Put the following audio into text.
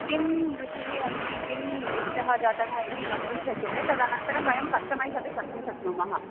किं रुचिः अस्ति किम् इष्टः जातः इति वक्तुं शक्यते तदनन्तरं वयं कस्टमैज़् अपि कर्तुं शक्नुमः